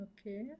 Okay